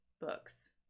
books